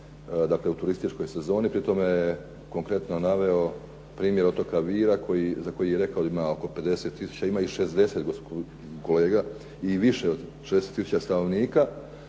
dakle u turističkoj sezoni. Pri tome je konkretno naveo primjer otoka Vira za koji je rekao da ima oko 50 tisuća, ima ih 60 kolega i više od 60 tisuća stanovnika